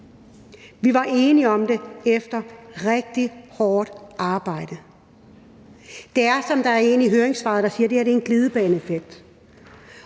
blevet enige om det efter rigtig hårdtarbejde. Det her er, som der er en der siger i høringssvaret, en glidebaneeffekt.